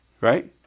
Right